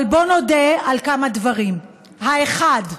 אבל בואו נודה על כמה דברים: האחד,